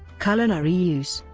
culinary use